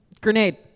Grenade